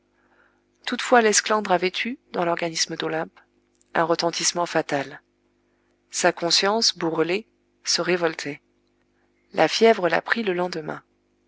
toutefois l'esclandre avait eu dans l'organisme d'olympe un retentissement fatal sa conscience bourrelée se révoltait la fièvre la prit le lendemain